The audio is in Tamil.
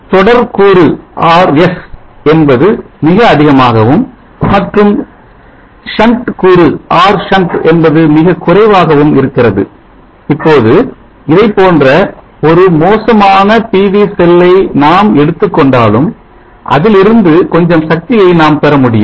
இதில் தொடர் கூறு Rs என்பது மிக அதிகமாகவும் மற்றும் shunt கூறு R shunt என்பது மிக குறைவாகவும் இருக்கிறது இப்போது இதைப்போன்ற ஒரு மோசமான PV செல்லை நாம் எடுத்துக் கொண்டாலும் அதிலிருந்து கொஞ்சம் சக்தியை நாம் பெற முடியும்